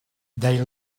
they